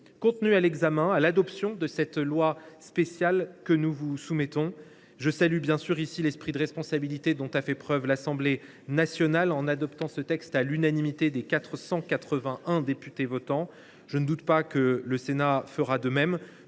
contenue à l’examen et à l’adoption de cette loi spéciale que nous vous soumettons. Je veux saluer ici, bien sûr, l’esprit de responsabilité dont a fait preuve l’Assemblée nationale en adoptant ce texte à l’unanimité des 481 députés votants. Je ne doute pas que le Sénat fera de même.